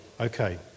Okay